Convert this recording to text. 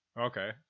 Okay